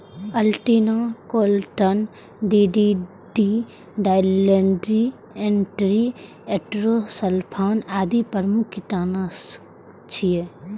Aldrin, chlordane, DDT, dieldrin, endrin, endosulfan आदि प्रमुख कीटनाशक छियै